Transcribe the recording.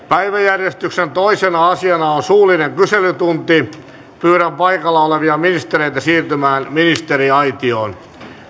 päiväjärjestyksen toisena asiana on suullinen kyselytunti pyydän paikalla olevia ministereitä siirtymään ministeriaitioon